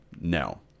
No